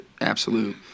absolute